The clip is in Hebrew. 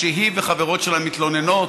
כשהיא וחברות שלה מתלוננות,